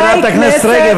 חברת הכנסת רגב,